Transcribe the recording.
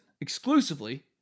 exclusively